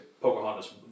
Pocahontas